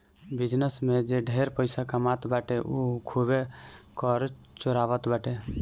business में जे ढेर पइसा कमात बाटे उ खूबे कर चोरावत बाटे